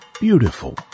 beautiful